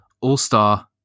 all-star